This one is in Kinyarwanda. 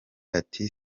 ati